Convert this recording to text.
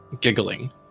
giggling